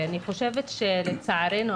אני חושבת שלצערנו,